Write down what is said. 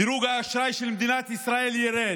דירוג האשראי של מדינת ישראל ירד,